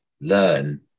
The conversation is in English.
learn